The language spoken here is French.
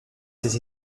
ses